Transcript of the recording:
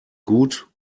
gut